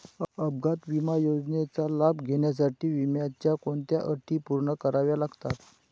अपघात विमा योजनेचा लाभ घेण्यासाठी विम्याच्या कोणत्या अटी पूर्ण कराव्या लागतात?